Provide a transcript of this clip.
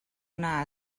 una